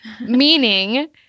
Meaning